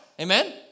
amen